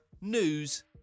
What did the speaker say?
news